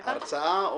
הרצאה?